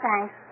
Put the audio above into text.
thanks